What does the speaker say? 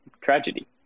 tragedy